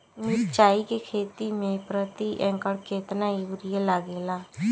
मिरचाई के खेती मे प्रति एकड़ केतना यूरिया लागे ला?